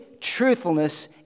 truthfulness